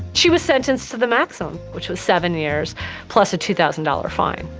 she was sentenced to the maximum. which was seven years plus a two thousand dollars fine.